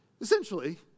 Essentially